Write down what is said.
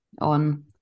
on